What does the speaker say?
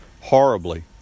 horribly